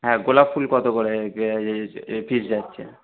হ্যাঁ গোলাপ ফুল কত করে পিস যাচ্ছে